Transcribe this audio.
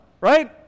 right